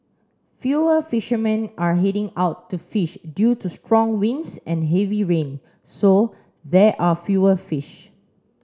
fewer fishermen are heading out to fish due to strong winds and heavy rain so there are fewer fish